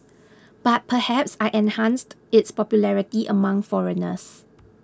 but perhaps I enhanced its popularity among foreigners